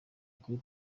kuri